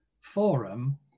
Forum